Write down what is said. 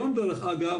היום דרך אגב,